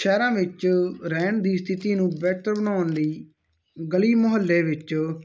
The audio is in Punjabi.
ਸ਼ਹਿਰਾਂ ਵਿੱਚ ਰਹਿਣ ਦੀ ਸਥਿਤੀ ਨੂੰ ਬੈਟਰ ਬਣਾਉਣ ਲਈ ਗਲੀ ਮੁਹੱਲੇ ਵਿੱਚ